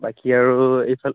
বাকী আৰু এইফালে